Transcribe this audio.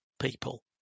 people